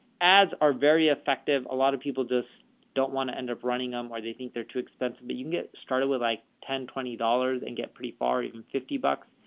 ads are very effective. a lot of people just don't want to end-up running them or they think they're too expensive, but you can get started with like ten, twenty dollars and get pretty far even fifty bucks.